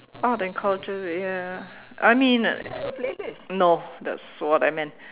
art and culture ya I mean no that's what I meant